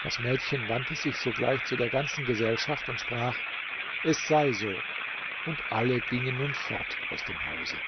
das mädchen wandte sich sogleich zu der ganzen gesellschaft und sprach es sei so und alle gingen nun fort aus dem hause